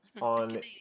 on